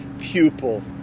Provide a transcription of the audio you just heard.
pupil